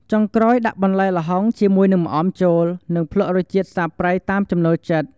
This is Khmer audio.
ចុងក្រោយដាក់បន្លែល្ហុងជាមួយនឹងម្អមចូល នឹងភ្លក្សរសជាតិសាបប្រៃតាមចំណូលចិត្ត។